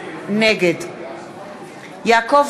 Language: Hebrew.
גם לתת כמה שיותר מהקצבאות האלה ומהגמלאות לזכאים